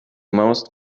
most